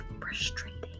frustrating